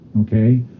Okay